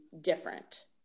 different